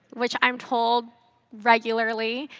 which i'm told regularly